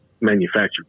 manufactured